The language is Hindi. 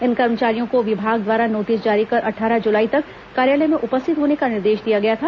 इन कर्मचारियों को विभाग द्वारा नोटिस जारी कर अट्ठारह जुलाई तक कार्यालय में उपस्थित होने का निर्देश दिया गया था